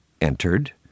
entered